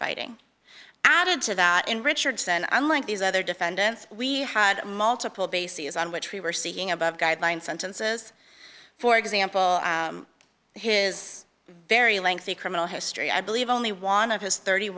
fighting added to that in richardson and i'm like these other defendants we had multiple bases on which we were seeing above guideline sentences for example his very lengthy criminal history i believe only one of his thirty